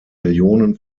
millionen